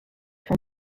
from